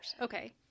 okay